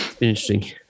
Interesting